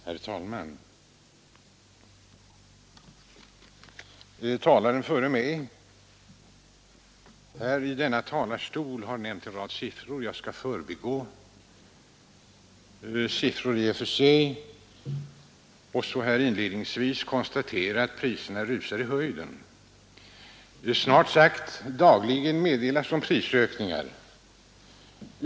Herr talman! Talaren före mig nämnde en rad siffror. Jag skall i stort sett förbigå alla siffror och så här inledningsvis bara konstatera att priserna rusar i höjden. Snart sagt dagligen meddelas prishöjningar.